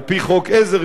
על-פי חוק עזר,